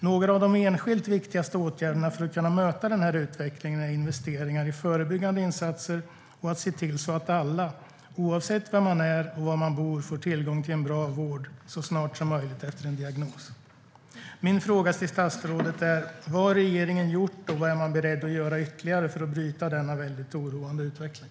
Några av de enskilt viktigaste åtgärderna för att kunna möta utvecklingen är investeringar i förebyggande insatser och att se till att alla oavsett vilka de är och var de bor får tillgång till en bra vård så snart som möjligt efter en diagnos. Min fråga till statsrådet är: Vad har regeringen gjort, och vad är man beredd att göra ytterligare, för att bryta denna väldigt oroande utveckling?